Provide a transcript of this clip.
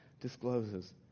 discloses